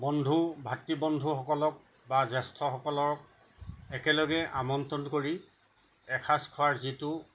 বন্ধু ভাতৃবন্ধুসকলক বা জ্যেষ্ঠসকলক একেলগে আমন্ত্ৰণ কৰি এসাজ খোৱাৰ যিটো